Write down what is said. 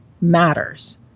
matters